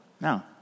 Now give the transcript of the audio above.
No